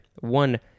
One